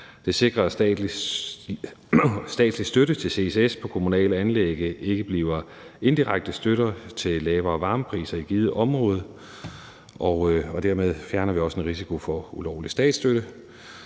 Det sikrer, at statslig støtte til ccs på kommunale anlæg ikke bliver en indirekte støtte til lavere varmepriser i et givet område, og dermed fjerner vi også en risiko for ulovlig statsstøtte.